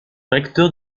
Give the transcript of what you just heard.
recteur